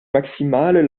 maximale